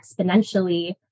exponentially